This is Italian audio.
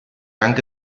anche